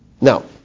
Now